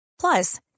Plus